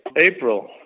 April